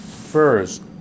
First